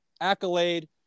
accolade